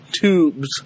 Tubes